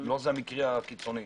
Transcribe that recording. לא זה המקרה הקיצוני.